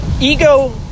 ego